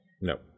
No